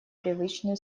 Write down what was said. привычную